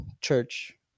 church